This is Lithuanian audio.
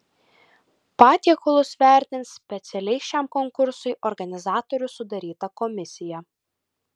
patiekalus vertins specialiai šiam konkursui organizatorių sudaryta komisija